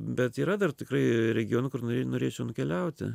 bet yra dar tikrai regionų kur norėčiau nukeliauti